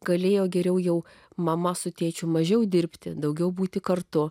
galėjo geriau jau mama su tėčiu mažiau dirbti daugiau būti kartu